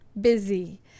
busy